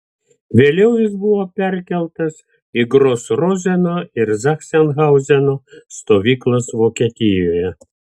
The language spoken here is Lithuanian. vėliau jis buvo perkeltas į gros rozeno ir zachsenhauzeno stovyklas vokietijoje